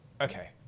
Okay